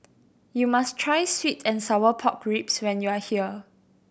you must try sweet and sour pork ribs when you are here